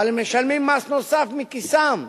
אבל הם משלמים מס נוסף מכיסם.